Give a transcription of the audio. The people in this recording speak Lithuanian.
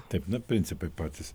taip na principai patys